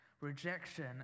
rejection